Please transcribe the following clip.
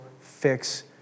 fix